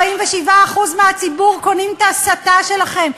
47% מהציבור קונים את ההסתה שלכם,